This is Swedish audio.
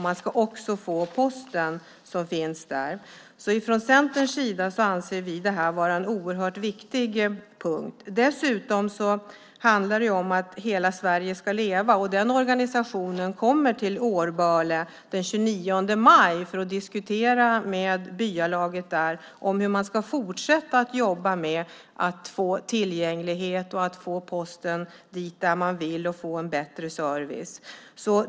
Man ska också få sin post. Från Centerns sida anser vi detta vara en oerhört viktig punkt. Dessutom handlar det om att hela Sverige ska leva, och den organisationen kommer till Årböle den 29 maj för att diskutera med byalaget om hur man ska fortsätta jobba med att få tillgänglighet och att få posten dit där man vill och en bättre service.